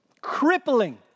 crippling